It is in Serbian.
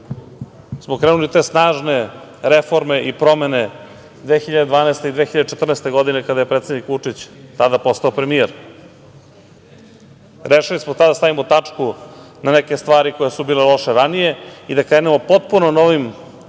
smo krenuli te snažne reforme i promene 2012. i 2014. godine kada je predsednik Vučić tada postao premijer. Rešili smo tada da stavimo tačku na neke stvari koje su bile loše ranije i da krenemo potpuno novim